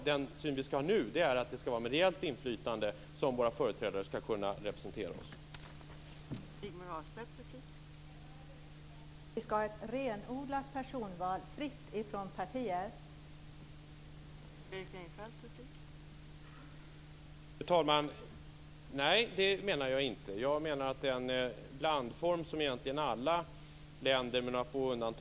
Den syn vi skall ha nu är att våra företrädare skall kunna representera oss med ett reellt inflytande.